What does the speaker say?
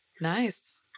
Nice